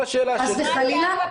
חס וחלילה.